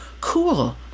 cool